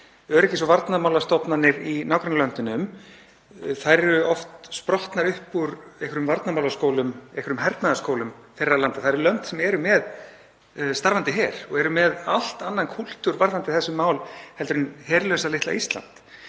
Öryggis- og varnarmálastofnanir í nágrannalöndunum eru oft sprottnar upp úr einhverjum varnarmálaskólum, einhverjum hernaðarskólum þeirra landa. Það eru lönd sem eru með starfandi her og eru með allt annan kúltúr varðandi þessi mál heldur en herlausa litla Ísland.